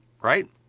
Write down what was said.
Right